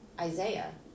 Isaiah